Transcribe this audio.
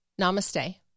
namaste